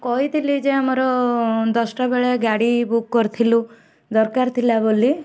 କହିଥିଲି ଯେ ଆମର ଦଶଟା ବେଳେ ଗାଡ଼ି ବୁକ୍ କରିଥିଲୁ ଦରକାର ଥିଲା ବୋଲି